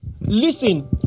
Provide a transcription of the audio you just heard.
listen